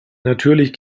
natürlich